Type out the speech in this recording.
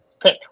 pick